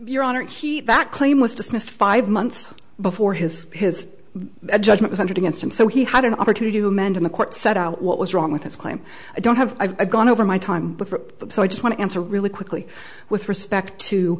your honor he that claim was dismissed five months before his his judgment against him so he had an opportunity to amend in the court set out what was wrong with his claim i don't have i gone over my time with them so i just want to answer really quickly with respect to